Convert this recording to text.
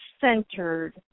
centered